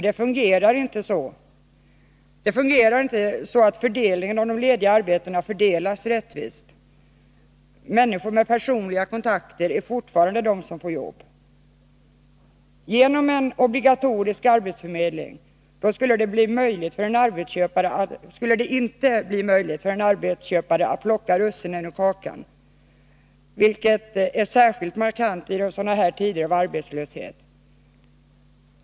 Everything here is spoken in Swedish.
De lediga arbetena fördelas nämligen inte rättvist. Människor med personliga kontakter är fortfarande de som får jobb. Genom en obligatorisk arbetsförmedling skulle det inte längre bli möjligt för en arbetsköpare att ”plocka russinen ur kakan”, något som sker på ett markant sätt i tider av arbetslöshet.